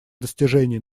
достижений